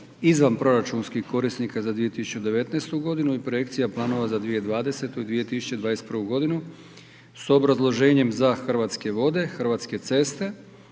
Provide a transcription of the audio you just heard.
izvanproračunskih korisnika za 2019. g. i projekcija planova za 2020. i 2021. g. s obrazloženjem za: - Hrvatske vode - Hrvatske ceste